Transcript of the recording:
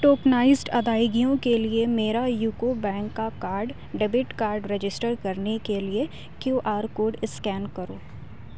tokenized ادائیگیوں کے لیے میرا یوکو بینک کا کارڈ ڈیبٹ کارڈ رجسٹر کرنے کے لیے کیو آر کوڈ اسکین کرو